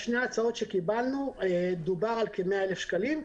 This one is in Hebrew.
בשתי ההצעות שקיבלנו בארץ דובר על כ-100,000 שקלים.